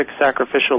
sacrificial